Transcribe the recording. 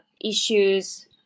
issues